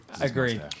Agree